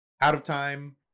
out-of-time